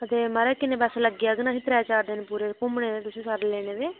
ते माराज किन्ने पैसे लग्गी जांगन असें त्रै चार दिन घुम्मने तुसें सारे लेने